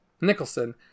Nicholson